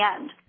end